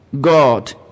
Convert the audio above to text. God